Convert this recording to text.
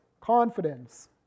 confidence